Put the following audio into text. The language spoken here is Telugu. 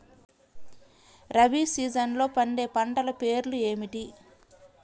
రబీ సీజన్లో పండే పంటల పేర్లు ఏమిటి?